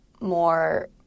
more